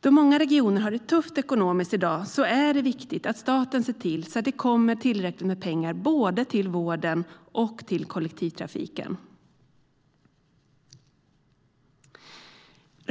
Då många regioner i dag har det tufft ekonomiskt är det viktigt att staten ser till att det kommer in tillräckligt med pengar till både vården och kollektivtrafiken.